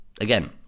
again